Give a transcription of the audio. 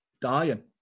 dying